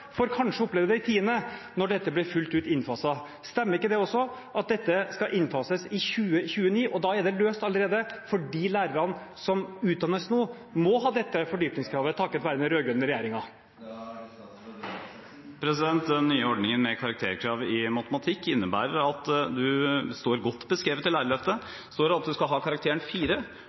får kanskje oppleve det i 10. klasse, når dette blir fullt ut innfaset. Stemmer ikke det også, at dette skal innfases i 2029, og at det da allerede er løst fordi lærerne som utdannes nå, må ha dette fordypningskravet – takket være den rød-grønne regjeringen? Den nye ordningen med karakterkrav i matematikk innebærer – og det står godt beskrevet i Lærerløftet – at man skal ha karakteren